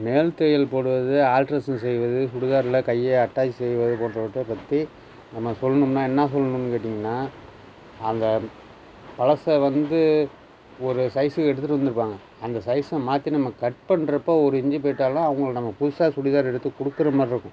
மேல் தையல் போடுவது ஆல்ட்ரேஷன் செய்வது சுடிதாரில் கையை அட்டாச் செய்வது போன்றவற்றைப் பற்றி நம்ம சொல்லணும்னா என்ன சொல்லணும்னு கேட்டிங்கன்னால் அந்த பழசை வந்து ஒரு சைஸுக்கு எடுத்துகிட்டு வந்துருப்பாங்க அந்த சைஸை மாற்றி நம்ம கட் பண்ணுறப்ப ஒரு இன்ச்சி போயிட்டாலும் அவங்கள நம்ம புதுசாக சுடிதார் எடுத்து கொடுக்குற மாதிரி இருக்கும்